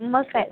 मग काय